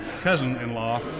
cousin-in-law